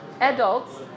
adults